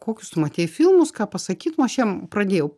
kokius tu matei filmus ką pasakytum aš jam pradėjau